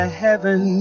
heaven